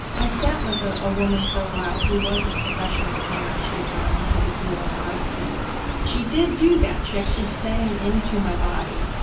i sat with ah a woman for a while who was a professional singer and she had gone into the healing arts, and she did do that. she actually sang into my body,